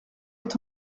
est